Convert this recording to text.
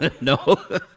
No